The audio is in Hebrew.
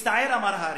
מצטער, אמר האריה,